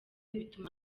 bituma